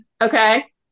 Okay